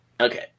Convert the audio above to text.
Okay